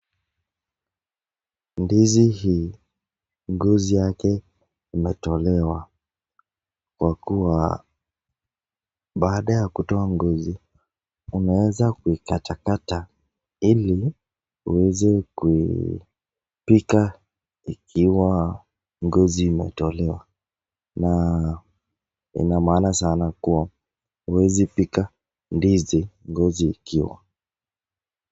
Ndizi hii, ngozi yake imetolewa kwa kua baada ya kutoa ngozi unaweza kukata kata ili uweze kupijka ikiwa ngozi imetolewa, na ina maana sana kwa kua huezi pika ikiwa na ngozi.